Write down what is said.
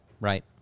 Right